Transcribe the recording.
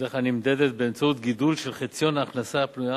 שבדרך כלל נמדדת באמצעות גידול של חציון ההכנסה הפנויה,